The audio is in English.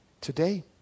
today